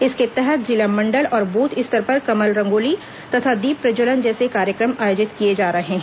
इसके तहत जिला मंडल और बूथ स्तर पर कमल रंगोली तथा दीप प्रज्ज्वलन जैसे कार्यक्रम आयोजित किए जा रहे हैं